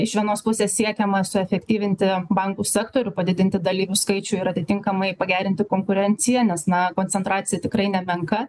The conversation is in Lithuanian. iš vienos pusės siekiama suefektyvinti bankų sektorių padidinti dalyvių skaičių ir atitinkamai pagerinti konkurenciją nes na koncentracija tikrai nemenka